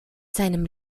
seinem